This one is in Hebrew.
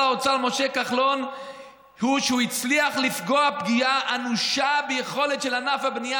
האוצר משה כחלון היא שהוא "הצליח לפגוע פגיעה אנושה ביכולת של ענף הבנייה